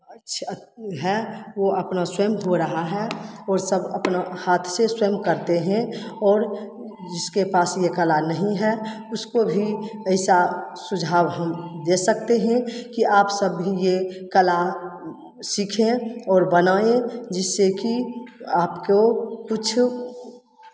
है वो अपना स्वयं हो रहा है और सब अपना हाथ से स्वयं करते हैं और जिसके पास में कला नहीं है उसको भी ऐसा सुझाव हम दे सकते हैं कि आप सभी ये कला सीखें और बनाएं जिससे कि आपको कुछ